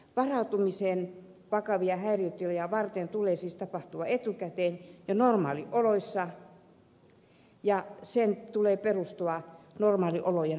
varautumisen vakavia häiriötiloja varten tulee siis tapahtua etukäteen jo normaalioloissa ja sen tulee perustua normaali olojen lainsäädäntöön